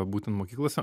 būtent mokyklose